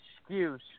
excuse